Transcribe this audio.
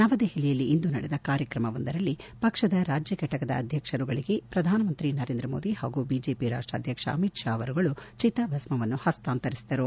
ನವದೆಹಲಿಯಲ್ಲಿ ಇಂದು ನಡೆದ ಕಾರ್ಯಕ್ರಮವೊಂದರಲ್ಲಿ ಪಕ್ಷದ ರಾಜ್ಯಘಟಕದ ಅಧ್ಯಕ್ಷರುಗಳಿಗೆ ಪ್ರಧಾನಮಂತ್ರಿ ನರೇಂದ್ರ ಮೋದಿ ಹಾಗೂ ಬಿಜೆಪಿ ರಾಷ್ಟಧ್ವಕ್ಷ ಅಮಿತ್ ಶಾ ಅವರುಗಳು ಚಿತಾಭಸ್ಥವನ್ನು ಹಸ್ತಾಂತರಿಸಿದರು